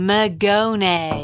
Magone